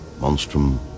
Monstrum